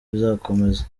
bizakomeza